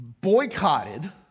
boycotted